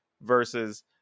versus